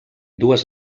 dues